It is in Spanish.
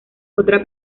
otra